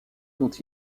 dont